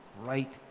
right